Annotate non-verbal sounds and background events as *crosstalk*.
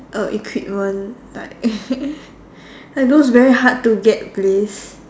uh equipment like *laughs* like those very hard to get place